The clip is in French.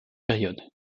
période